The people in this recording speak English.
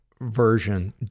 version